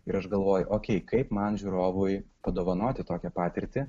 ir aš galvoju okei kaip man žiūrovui padovanoti tokią patirtį